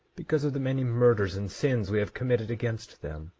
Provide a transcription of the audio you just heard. because of the many murders and sins we have committed against them.